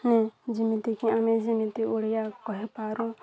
ହଁ ଯେମିତିକି ଆମେ ଯେମିତି ଓଡ଼ିଆ କହେ ପାରୁ